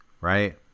right